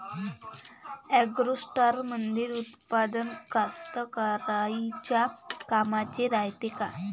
ॲग्रोस्टारमंदील उत्पादन कास्तकाराइच्या कामाचे रायते का?